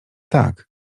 tak